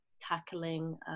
tackling